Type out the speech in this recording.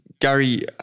Gary